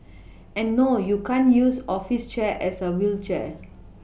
and no you can't use office chair as a wheelchair